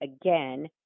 again